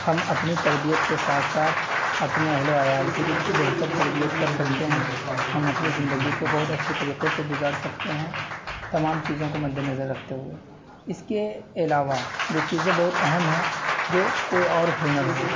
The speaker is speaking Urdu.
ہم اپنی تربیت کے ساتھ ساتھ اپنے اہل و عیال کی بھی بہتر تربیت کر سکتے ہیں ہم اپنی زندگی کو بہت اچھے طریقے سے گزار سکتے ہیں تمام چیزوں کو مد نظر رکھتے ہوئے اس کے علاوہ جو چیزیں بہت اہم ہیں جو کوئی اور ہنر ہو